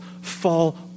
fall